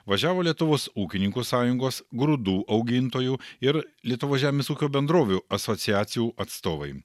važiavo lietuvos ūkininkų sąjungos grūdų augintojų ir lietuvos žemės ūkio bendrovių asociacijų atstovai